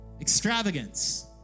Extravagance